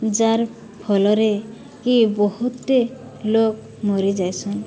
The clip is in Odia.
ଯାର୍ ଫଲରେ କି ବହୁତ୍ଟେ ଲୋକ୍ ମରିଯାଇସନ୍